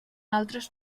altres